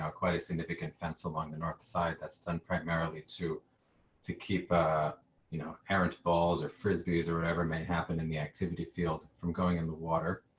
um quite a significant fence along the north side that's done primarily to to keep ah you know aaron's balls or frisbees or whatever may happen in the activity field from going in the water.